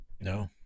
No